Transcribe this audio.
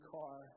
car